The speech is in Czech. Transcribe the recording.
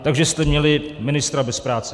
Takže jste měli ministra bez práce.